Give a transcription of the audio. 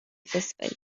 فسقلی